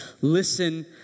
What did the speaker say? Listen